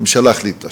הממשלה החליטה,